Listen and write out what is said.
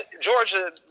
Georgia